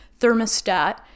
thermostat